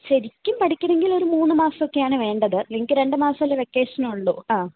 ശരിക്കും പഠിക്കണമെങ്കിൽ ഒരു മൂന്ന് മാസമൊക്കെയാണ് വേണ്ടത് നിങ്ങൾക്ക് രണ്ട് മാസമല്ലേ വെക്കേഷൻ ഉള്ളൂ ആ